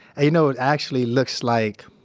you know, it actually looks like,